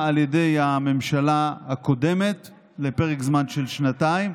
על ידי הממשלה הקודמת לפרק זמן של שנתיים.